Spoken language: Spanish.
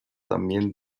también